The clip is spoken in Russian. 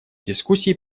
дискуссий